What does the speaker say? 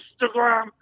Instagram